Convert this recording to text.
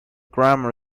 grammar